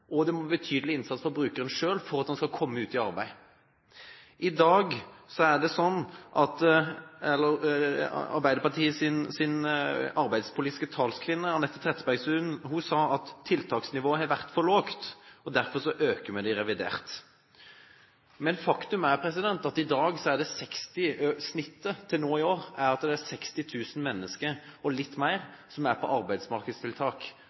og en betydelig innsats fra brukeren selv for at han skal komme ut i arbeid. Arbeiderpartiets arbeidspolitiske talskvinne, Anette Trettebergstuen, sa at tiltaksnivået har vært for lavt, og derfor øker vi det i revidert. Men faktum er at snittet til nå i år er at 60 000 mennesker og litt mer er på arbeidsmarkedstiltak